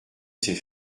c’est